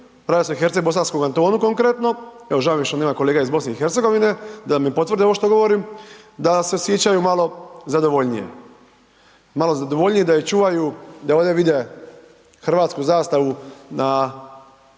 razumije/…bosanskom kantonu konkretno, evo žao mi je što nema kolega iz BiH da mi potvrde ovo što govorim da se osjećaju malo zadovoljnije, malo zadovoljnije, da je čuvaju, da ovdje vide hrvatsku zastavu na ramenu